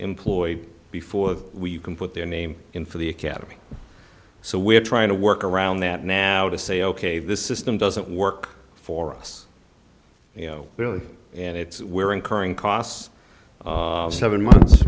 employed before we can put their name in for the academy so we're trying to work around that now to say ok this system doesn't work for us you know and it's where incurring costs seven months